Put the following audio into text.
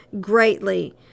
greatly